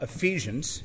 Ephesians